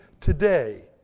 today